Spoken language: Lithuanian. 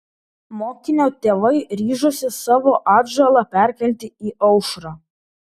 mokinio tėvai ryžosi savo atžalą perkelti į aušrą